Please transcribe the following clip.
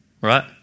Right